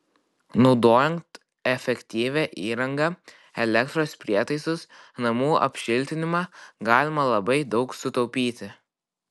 naudojant efektyvią įrangą elektros prietaisus namų apšiltinimą galima labai daug sutaupyti